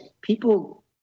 people